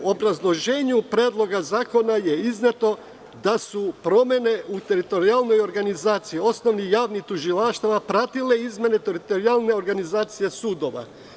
U obrazloženju Predloga zakona je izneto da su promene u teritorijalnoj organizaciji osnovnih i javnih tužilaštava pratile izmene teritorijalne organizacije sudova.